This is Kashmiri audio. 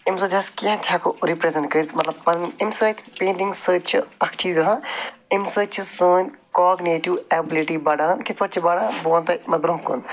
ییٚمہِ سۭتۍ أسۍ کیٚنٛہہ تہِ ہٮ۪کَو رِپرٛزینٛٹ کٔرِتھ مطلب پَنٕنۍ اَمہِ سۭتۍ پینٛٹِنٛگ سۭتۍ چھِ اکھ چیٖز گژھان اَمہِ سۭتۍ چھِ سٲنۍ کاگنیٹِو ایبُلٹی بَڈان کِتھٕ پٲٹھۍ چھِ بَڈان بہٕ وَنہٕ تۄہہِ برٛونٛہہ کُن